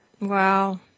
Wow